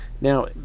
Now